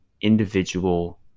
individual